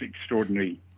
extraordinary